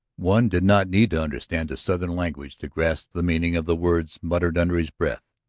one did not need to understand the southern language to grasp the meaning of the words muttered under his breath.